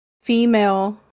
Female